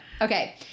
Okay